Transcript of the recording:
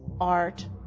art